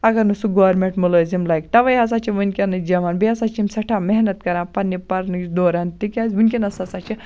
اَگَر نہٕ سُہ گورمِنٹ مُلٲزِم لَگہِ تَوَے ہَسا چھِ وُنکیٚنٕکۍ جَوان بیٚیہِ ہَسا چھِ یِم سیٚٹھاہ محنَت کَران پَننہِ پَرنٕچ دوران تِکیٛازِ وُنکیٚنَس ہَسا چھ